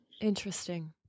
Interesting